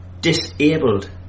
disabled